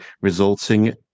resulting